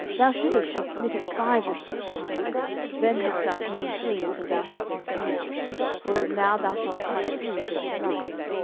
thou shouldest have smitten five or six times then hadst thou smitten syria till thou hadst consumed it whereas now thou shalt smite syria but thrice.